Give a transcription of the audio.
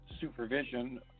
supervision